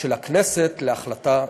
של הכנסת להחלטה זו.